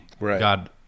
God